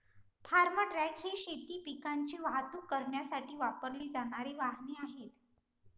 form truck ही शेती पिकांची वाहतूक करण्यासाठी वापरली जाणारी वाहने आहेत